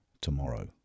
tomorrow